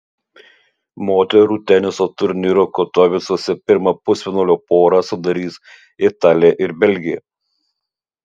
moterų teniso turnyro katovicuose pirmą pusfinalio porą sudarys italė ir belgė